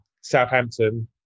Southampton